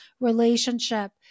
relationship